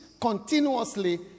continuously